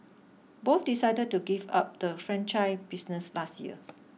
both decided to give up the franchise business last year